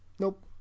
Nope